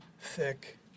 thick